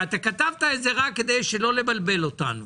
ואתה כתבת את זה רק כדי שלא לבלבל אותנו.